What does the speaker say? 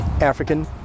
African